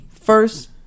first